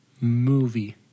Movie